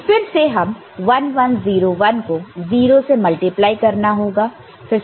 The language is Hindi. तो फिर से हमें 1 1 0 1 को 0 से मल्टीप्लाई करना होगा